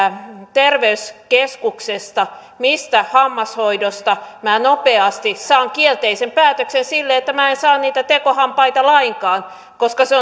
terveyskeskuksesta mistä hammashoidosta minä nopeasti saan kielteisen päätöksen sille että minä en saa niitä tekohampaita lainkaan koska se